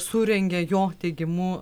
surengė jo teigimu